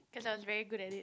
cause I was very good at it